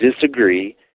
disagree